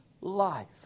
life